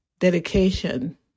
dedication